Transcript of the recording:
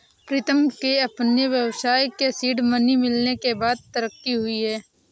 प्रीतम के अपने व्यवसाय के सीड मनी मिलने के बाद तरक्की हुई हैं